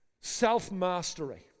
self-mastery